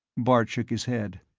bart shook his head.